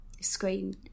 screen